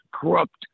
corrupt